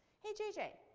hey, jj,